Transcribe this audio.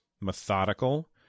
methodical